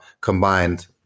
combined